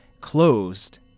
Closed